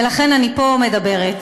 ולכן אני פה ומדברת.